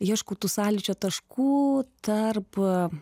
ieškau tų sąlyčio taškų tarp